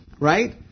Right